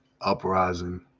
uprising